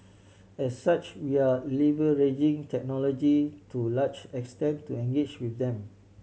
as such we are leveraging technology to large extent to engage with them